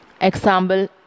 Example